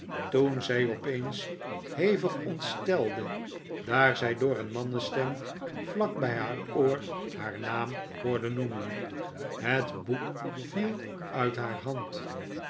toen zij opeens hevig ontstelde daar zij door een mannenstem vlak bij haar oor haar naam hoorde noemen het boek viel uit haar hand